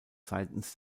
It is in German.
seitens